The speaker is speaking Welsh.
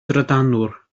drydanwr